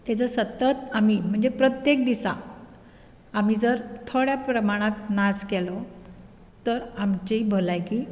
तेजो सतत आमी म्हणजे प्रत्येक दिसा आमी जर थोड्या प्रमाणान नाच केलो तर आमची भलायकी